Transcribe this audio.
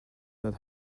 that